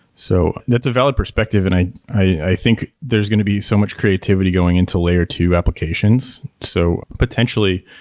so that's a valid perspective and i i think there's going to be so much creativity going into layer two applications. so potentially,